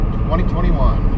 2021